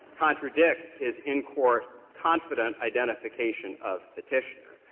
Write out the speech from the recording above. contradict his in-court confident identification of petitioner.